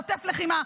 בעוטף לחימה.